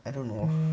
I don't know